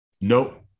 Nope